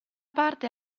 parte